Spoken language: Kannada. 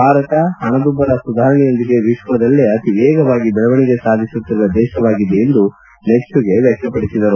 ಭಾರತ ಪಣದುಬ್ಲರ ಸುಧಾರಣೆಯೊಂದಿಗೆ ವಿಶ್ವದಲ್ಲೇ ಅತೀ ವೇಗವಾಗಿ ವೆಳವಣಿಗೆ ಸಾಧಿಸುತ್ತಿರುವ ದೇಶವಾಗಿದೆ ಎಂದು ಮೆಚ್ಲುಗೆ ವ್ಯಕ್ತಪಡಿಸಿದರು